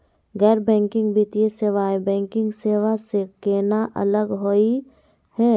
गैर बैंकिंग वित्तीय सेवाएं, बैंकिंग सेवा स केना अलग होई हे?